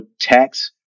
tax